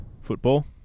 Football